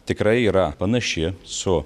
tikrai yra panaši su